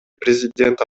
президент